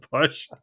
push